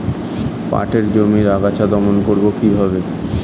পাটের জমির আগাছা দমন করবো কিভাবে?